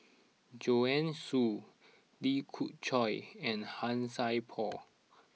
Joanne Soo Lee Khoon Choy and Han Sai Por